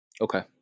Okay